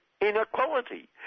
inequality